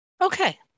Okay